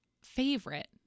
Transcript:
favorite